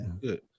Good